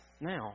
now